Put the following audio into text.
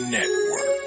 Network